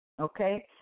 Okay